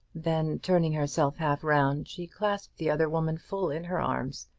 then, turning herself half round, she clasped the other woman full in her arms,